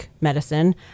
medicine